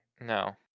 No